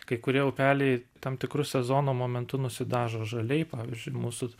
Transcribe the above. kai kurie upeliai tam tikru sezono momentu nusidažo žaliai pavyzdžiui mūsų